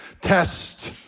Test